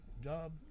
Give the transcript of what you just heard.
job